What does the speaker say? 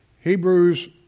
Hebrews